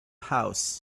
house